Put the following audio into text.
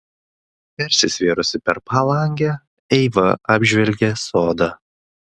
persisvėrusi per palangę eiva apžvelgė sodą